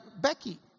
Becky